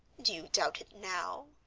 do you doubt it now?